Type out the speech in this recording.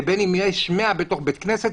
לבין 100 בבית כנסת,